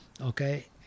Okay